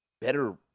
better